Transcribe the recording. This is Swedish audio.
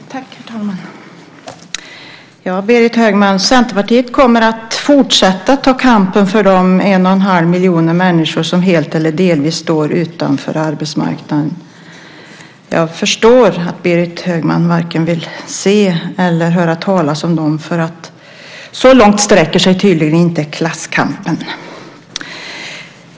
Herr talman! Berit Högman, Centerpartiet kommer att fortsätta att ta kampen för de en och en halv miljon människor som helt eller delvis står utanför arbetsmarknaden. Jag förstår att Berit Högman varken vill se eller höra talas om dem. Så långt sträcker sig tydligen inte klasskampen.